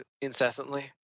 incessantly